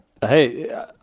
Hey